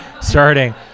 starting